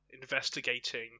investigating